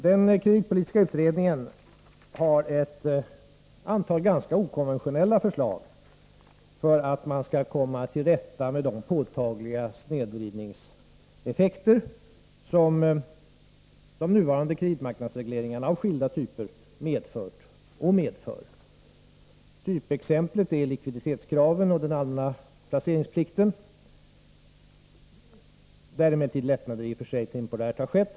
Den kreditpolitiska utredningen lade fram ett antal ganska okonventionella förslag hur man skall komma till rätta med de påtagliga snedvridningseffekter som de nuvarande kreditmarknadsregleringarna, av skilda slag, har medfört och medför. Typexemplet är likviditetskraven och den allmänna placeringsplikten. På den punkten har i och för sig lättnader temporärt skett.